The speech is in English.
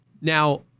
Now